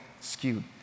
skewed